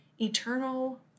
eternal